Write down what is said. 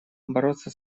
бороться